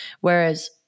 Whereas